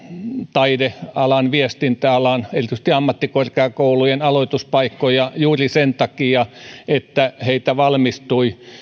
taidealan viestintäalan erityisesti ammattikorkeakoulujen aloituspaikkoja juuri sen takia että heitä valmistui